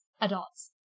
adults